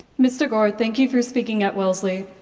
mr. gore, thank you for speaking at wellesley.